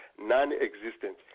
non-existent